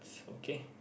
okay